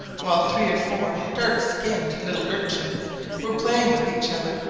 while three or four dark-skinned little urchins were playing with each other,